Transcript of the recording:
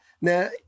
Now